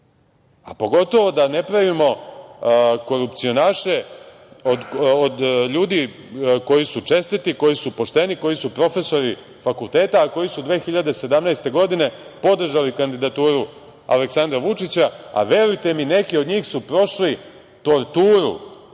a pogotovo da ne pravimo korupcionaše od ljudi koji su čestiti, koji su pošteni, koji su profesori fakulteta, a koji su 2017. godine podržali kandidaturu Aleksandra Vučića, a verujte mi neki od njih su prošli torturu,